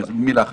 מילה אחת.